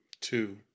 Two